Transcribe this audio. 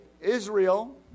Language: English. Israel